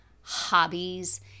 hobbies